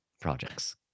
projects